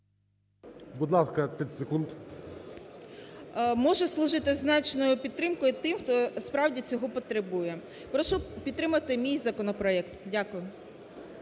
Будь ласка, 30 секунд. ВЕСЕЛОВА Н.В. …може служити значною підтримкою тим, хто справді цього потребує. Прошу підтримати мій законопроект. Дякую.